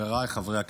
חבריי חברי הכנסת,